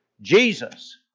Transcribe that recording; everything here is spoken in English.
Jesus